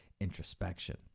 introspection